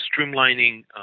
streamlining